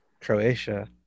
Croatia